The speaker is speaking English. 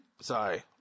Sorry